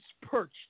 perched